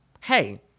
hey